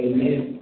Amen